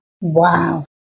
Wow